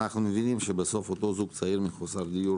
אנחנו מבינים שבסוף אותו זוג צעיר מחוסר דיור,